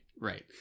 right